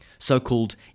so-called